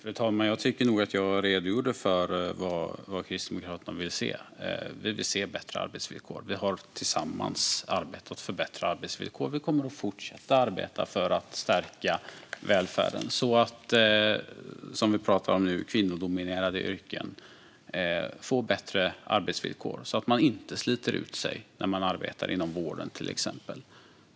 Fru talman! Jag tycker nog att jag redogjorde för vad Kristdemokraterna vill se. Vi vill se bättre arbetsvillkor. Vi har tillsammans arbetat för bättre arbetsvillkor. Vi kommer att fortsätta arbeta för att stärka välfärden så att kvinnodominerade yrken, som vi nu pratar om, får bättre arbetsvillkor - så att man inte sliter ut sig när man arbetar inom vården, till exempel.